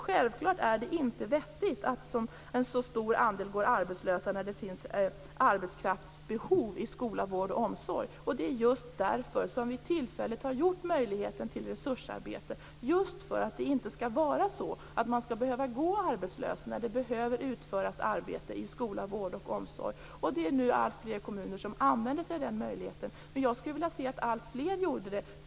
Självklart är det inte vettigt att en så stor andel av befolkningen går arbetslös när det finns arbetskraftsbehov i skola, vård och omsorg. Det är just därför som vi tillfälligt har givit möjligheten till resursarbete. Det har vi gjort just för att det inte skall vara så att man skall behöva gå arbetslös när det behöver utföras arbete i skola, vård och omsorg. Det är nu alltfler kommuner som använder sig av denna möjlighet. Men jag skulle vilja se att ännu fler gjorde det.